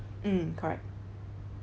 mm correct